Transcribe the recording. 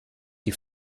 die